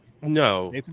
No